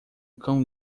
cão